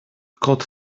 kot